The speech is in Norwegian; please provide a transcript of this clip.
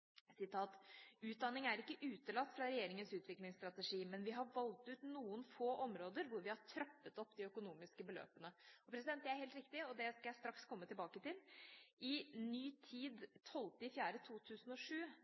er ikke utelatt fra Regjeringens utviklingssatsing, men vi har valgt ut noen få områder hvor vi har trappet opp de økonomiske beløpene.» Det er helt riktig, og det skal jeg straks komme tilbake til. I Ny Tid 12. april 2007